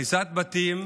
הריסת בתים,